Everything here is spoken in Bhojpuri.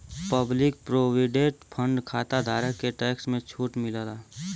पब्लिक प्रोविडेंट फण्ड खाताधारक के टैक्स में छूट मिलला